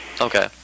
Okay